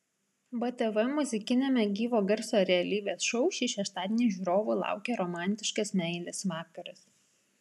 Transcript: btv muzikiniame gyvo garso realybės šou šį šeštadienį žiūrovų laukia romantiškas meilės vakaras